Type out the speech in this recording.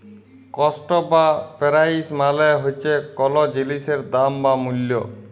cost বা price মালে হছে কল জিলিসের দাম বা মূল্য